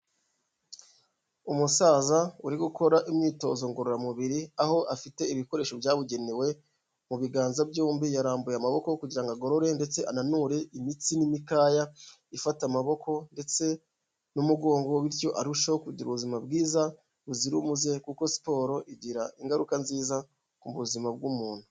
Umusaza uri gukora imyitozo ngororamubiri, aho afite ibikoresho byabugenewe mu biganza byombi, yarambuye amaboko kugira ngo agorore ndetse ananure imitsi n'imikaya ifata amaboko ndetse n'umugongo, bityo arusheho kugira ubuzima bwiza buzira umuze, kuko siporo igira ingaruka nziza ku buzima bw'umuntu.